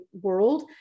world